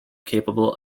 capable